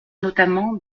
notamment